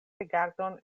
rigardon